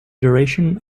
duration